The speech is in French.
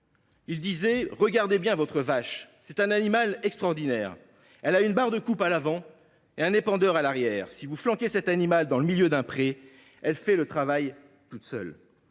qui disait :« Regardez bien votre vache, c’est un animal extraordinaire ; elle a une barre de coupe à l’avant, et un épandeur à l’arrière. Si vous flanquez cet animal dans le milieu d’un pré, elle fait le travail toute seule. »